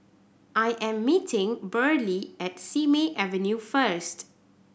I am meeting Burley at Simei Avenue first